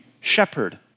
shepherd